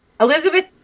Elizabeth